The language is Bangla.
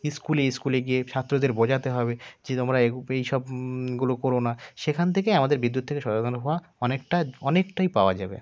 স্কুলে স্কুলে গিয়ে ছাত্রদের বোঝাতে হবে যে তোমরা এই গ্রুপে এই সবগুলো কোরো না সেখান থেকে আমাদের বিদ্যুৎ থেকে সচেতন হওয়া অনেকটা অনেকটাই পাওয়া যাবে